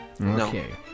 Okay